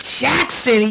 Jackson